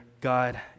God